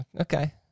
Okay